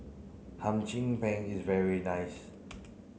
Hum Chim Peng is very nice